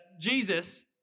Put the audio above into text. Jesus